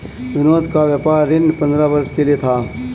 विनोद का व्यापार ऋण पंद्रह वर्ष के लिए था